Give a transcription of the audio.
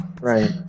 Right